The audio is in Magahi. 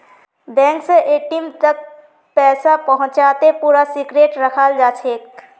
बैंक स एटीम् तक पैसा पहुंचाते पूरा सिक्रेट रखाल जाछेक